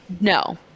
no